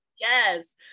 Yes